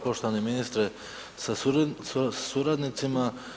Poštovani ministre sa suradnicima.